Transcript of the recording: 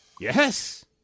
Yes